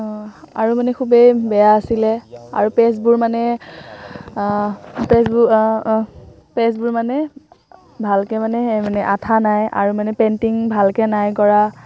অঁ আৰু মানে খুবেই বেয়া আছিলে আৰু পেজবোৰ মানে পেজবোৰ পেজবোৰ মানে ভালকে মানে সেইমানে আঠা নাই আৰু পেনটিং ভালকে নাই কৰা